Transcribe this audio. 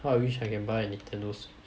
how I wish I can buy a Nintendo switch